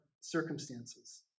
circumstances